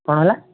କ'ଣ ହେଲା